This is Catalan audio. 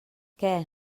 què